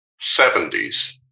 70s